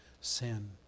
sin